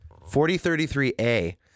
4033A